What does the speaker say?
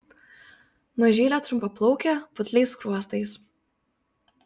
mažylė trumpaplaukė putliais skruostais